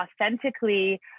authentically